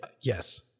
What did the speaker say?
yes